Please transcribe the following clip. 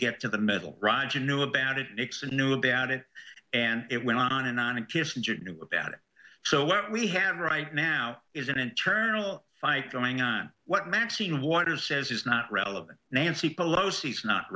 get to the middle rajah knew about it nixon knew about it and it went on and on and kissinger knew about it so what we have right now is an internal fight going on what maxine waters says is not relevant nancy pelosi